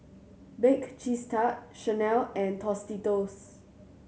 Bake Cheese Tart Chanel and Tostitos